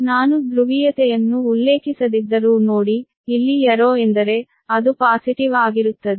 ನಾನು ಧ್ರುವೀಯತೆಯನ್ನು ಉಲ್ಲೇಖಿಸದಿದ್ದರೂ ನೋಡಿ ಇಲ್ಲಿ ಯ್ಯಾರೋ ಎಂದರೆ ಅದು ಪಾಸಿಟಿವ್ ಆಗಿರುತ್ತದೆ